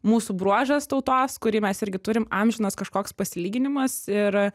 mūsų bruožas tautos kurį mes irgi turim amžinas kažkoks pasilyginimas ir